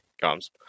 comes